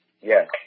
Yes